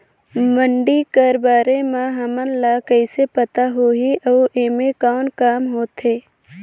मंडी कर बारे म हमन ला कइसे पता होही अउ एमा कौन काम होथे?